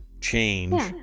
change